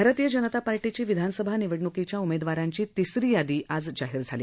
भारतीय जनता पार्टीची विधानसभा निवडणुकीच्या उमेदवारांची तिसरी यादी आज जाहीर झाली